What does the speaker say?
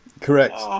Correct